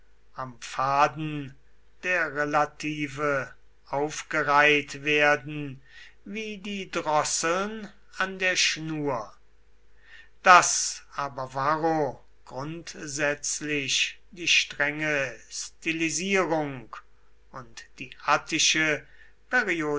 am faden der relative aufgereiht werden wie die drosseln an der schnur daß aber varro grundsätzlich die strenge stilisierung und die attische